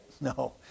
No